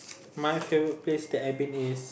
my favourite place that I've been is